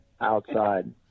outside